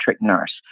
nurse